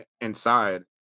inside